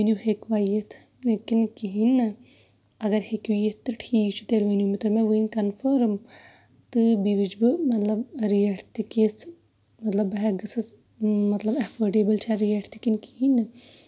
بیٚیہِ ؤنۍ یو ہٮ۪کہِ وَ یِتھۍ کنہٕ کِہیٖنۍ نہٕ اَگر ہٮ۪کِو یِتھۍ تہٕ ٹھیٖک چھُ تیٚلہِ ؤنۍ مےٚ تُہۍ ؤنۍ کَنفٲرٕم تہٕ بیٚیہِ وٕچھ مےٚ مطلب ریٹ تہِ کِژھ مطلب بہٕ ہٮ۪کہٕ گٔژھس مطلب ایفٲڑیبٕل چھا ریٹ تہٕ کِنہٕ کِہینۍ نہٕ